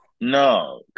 No